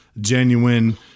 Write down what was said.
genuine